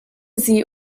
sie